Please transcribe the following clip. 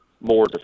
more